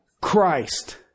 Christ